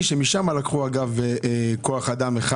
ומשם לקחו כוח אדם אחד.